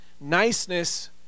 Niceness